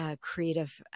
creative